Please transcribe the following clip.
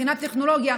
מבחינת טכנולוגיה,